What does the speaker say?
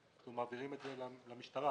אנחנו מעבירים את זה למשטרה.